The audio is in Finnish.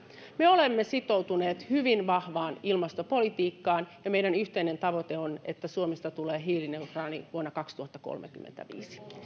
me olemme sitoutuneet hyvin vahvaan ilmastopolitiikkaan ja meidän yhteinen tavoitteemme on että suomesta tulee hiilineutraali vuonna kaksituhattakolmekymmentäviisi